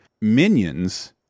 Minions